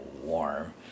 warm